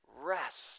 rest